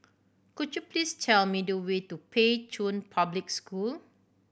could you please tell me the way to Pei Chun Public School